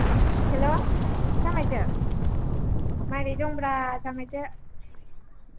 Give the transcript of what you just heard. हेल' जामायजो मारै दंब्रा जामायजो